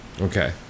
Okay